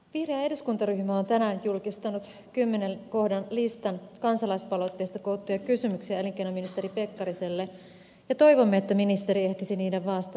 vihreä eduskuntaryhmä on tänään julkistanut kymmenen kohdan listan kansalaispalautteesta koottuja kysymyksiä elinkeinoministeri pekkariselle ja toivomme että ministeri ehtisi niihin vastata